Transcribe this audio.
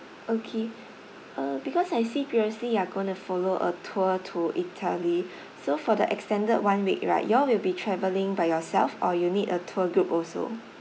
okay uh because I see previously you are gonna follow a tour to italy so for the extended one week right you all will be travelling by yourself or you need a tour group also